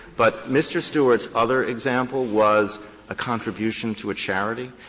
but mr. stewart's other example was a contribution to a charity.